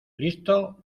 listo